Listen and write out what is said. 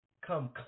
come